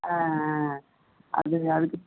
ஆ ஆ அதுங்க அதுக்கு